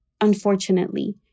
unfortunately